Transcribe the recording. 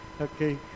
Okay